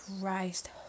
Christ